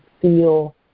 feel